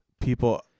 people